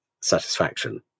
satisfaction